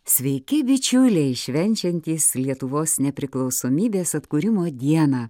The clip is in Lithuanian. sveiki bičiuliai švenčiantys lietuvos nepriklausomybės atkūrimo dieną